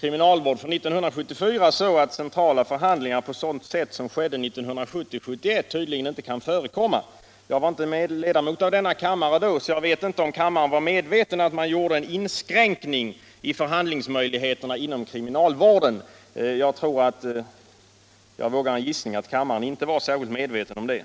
kriminalvård från 1974 så att centrala förhandlingar på sådant sätt som skedde 1970 och 1971 tydligen inte kan förekomma. Jag var inte ledamot av riksdagen 1974, så jag vet inte om kammaren var medveten om att man gjorde en inskränkning i förhandlingsmöjligheterna inom kriminalvården. Jag vågar en gissning att kammaren inte var medveten om det.